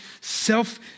self